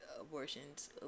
abortions